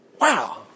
Wow